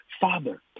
father